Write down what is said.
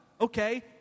Okay